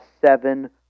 seven